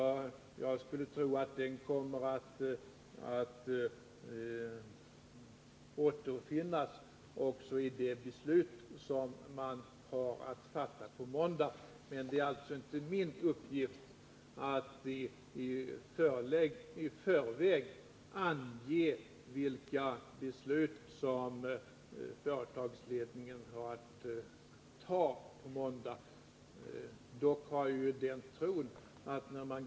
Jag skulle tro att den kommer att återspeglas i det beslut som man har att fatta på måndag. Men det är alltså inte min uppgift att i förväg ange vilka beslut som företagsledningen skall fatta.